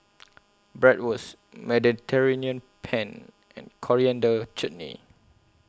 Bratwurst Mediterranean Penne and Coriander Chutney